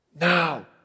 Now